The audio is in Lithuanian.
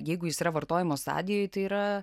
jeigu jis yra vartojimo stadijoj tai yra